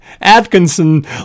Atkinson